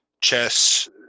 chess